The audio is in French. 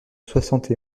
soixante